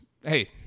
hey